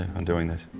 um doing this.